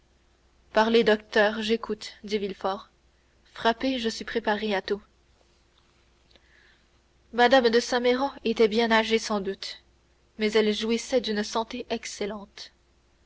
parlez docteur j'écoute dit villefort frappez je suis préparé à tout mme de saint méran était bien âgée sans doute mais elle jouissait d'une santé excellente